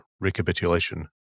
recapitulation